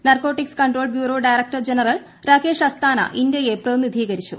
narcotics control bureau ഉച്ചകോടി director general Rakesh Asthana ഇന്ത്യയെ പ്രതിനിധീകരിച്ചു